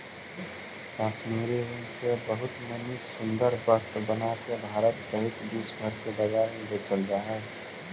कश्मीरी ऊन से बहुत मणि सुन्दर वस्त्र बनाके भारत सहित विश्व भर के बाजार में बेचल जा हई